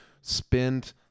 spend